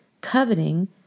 coveting